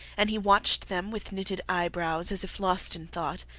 and he watched them with knitted eyebrows as if lost in thought.